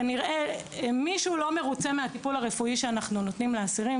כנראה שמישהו לא מרוצה מהטיפול הרפואי שאנחנו נותנים לאסירים,